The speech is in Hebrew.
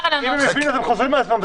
אם הם הבינו אז הם חוזרים על עצמם.